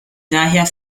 daher